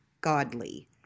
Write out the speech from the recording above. godly